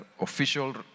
official